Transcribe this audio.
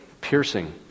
piercing